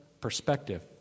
perspective